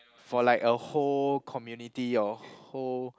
for like a whole community or whole